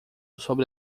sobre